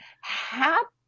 happy